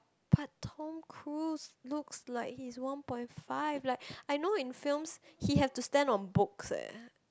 but Tom-Cruise looks like he's one point five like I know in films he have to stand on books eh